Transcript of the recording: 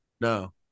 No